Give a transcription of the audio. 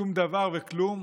שום דבר וכלום,